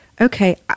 okay